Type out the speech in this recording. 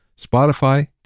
Spotify